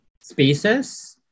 spaces